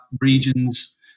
regions